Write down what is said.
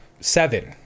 seven